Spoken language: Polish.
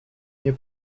nie